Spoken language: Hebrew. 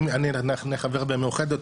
אם אנחנו נחבר במאוחדת,